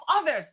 others